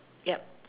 yup